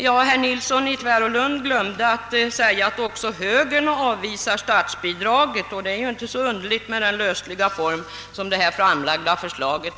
Men herr Nilsson i Tvärålund glömde säga att också högern avvisat förslaget om statsbidrag. Och att förslaget avvisas är inte underligt med tanke på den lösliga form i vilken det framlagts.